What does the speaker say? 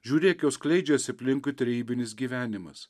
žiūrėk jau skleidžiasi aplinkui trejybinis gyvenimas